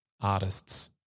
Artists